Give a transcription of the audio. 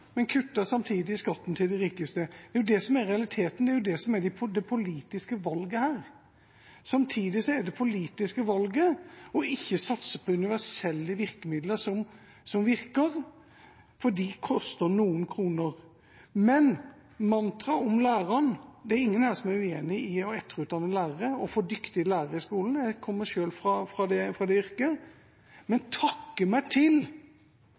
men kutter samtidig skatten til de rikeste. Det er jo det som er realiteten. Det er det som er det politiske valget her. Samtidig er det politiske valget ikke å satse på universelle virkemidler som virker, fordi det koster noen kroner. Det er ingen her som er uenig i å etterutdanne lærere og få dyktige lærere i skolen – jeg kommer selv fra det yrket. Men jeg vil betakke meg